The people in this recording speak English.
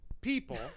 people